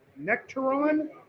nectaron